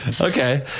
Okay